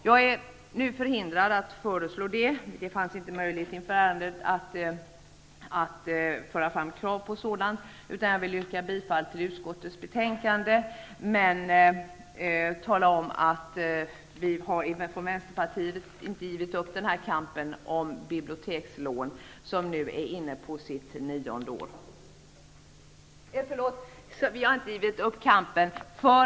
Jag är nu förhindrad att föreslå en sådan -- det fanns inte möjligheter att vid utskottsbehandlingen framföra ett sådant förslag -- utan jag yrkar bifall till hemställan i utskottets betänkande. Vi har emellertid i Vänsterpartiet inte givit upp kampen för en bibliotekslag, en kamp som nu är inne på sitt nionde år.